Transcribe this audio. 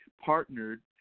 partnered